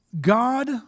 God